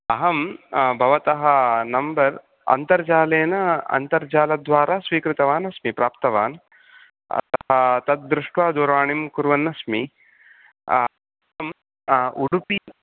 अहं भवतः नम्बर् अन्तर्जालेन अन्तर्जालद्वारा स्वीकृतवान् अस्मि प्राप्तवान् अतः तद्दृष्ट्वा दूरवाणीं कुर्वन्नस्मि अहम् उडुपि